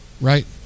right